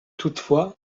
toutefois